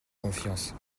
confiance